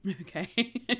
Okay